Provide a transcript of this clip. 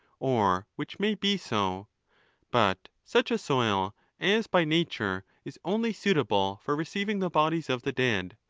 or which may be so but such a soil as by nature is only suitable for receiving the bodies of the dead,